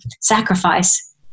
sacrifice